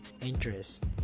interest